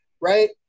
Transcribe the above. right